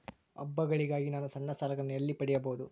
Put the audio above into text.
ಹಬ್ಬಗಳಿಗಾಗಿ ನಾನು ಸಣ್ಣ ಸಾಲಗಳನ್ನು ಎಲ್ಲಿ ಪಡಿಬಹುದು?